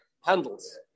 Handles